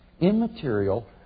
immaterial